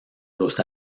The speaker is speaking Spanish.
los